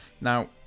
now